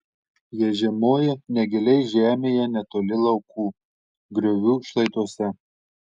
jie žiemoja negiliai žemėje netoli laukų griovių šlaituose